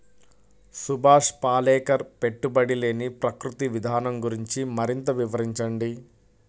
సుభాష్ పాలేకర్ పెట్టుబడి లేని ప్రకృతి విధానం గురించి మరింత వివరించండి